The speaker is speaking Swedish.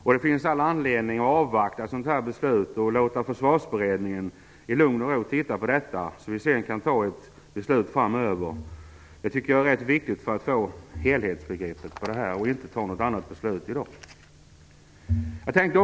Vi har all anledning att avvakta med detta och att låta Försvarsberedningen i lugn och ro studera detta, så att vi kan fatta ett beslut framöver. Jag tycker att det är viktigt för att få ett helhetsgrepp på detta. Vi bör inte fatta de här besluten i dag. Fru talman!